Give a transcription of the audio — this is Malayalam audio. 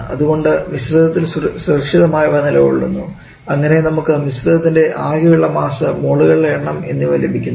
അതുകൊണ്ട് മിശ്രിതത്തിൽ സുരക്ഷിതമായവ നിലകൊള്ളുന്നു അങ്ങനെ നമുക്ക് മിശ്രിതത്തിൻറെ ആകെയുള്ള മാസ് മോളുകളുടെ എണ്ണം എന്നിവ ലഭിക്കുന്നു